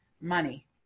money